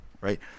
right